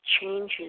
changes